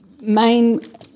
main